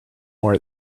more